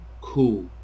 cool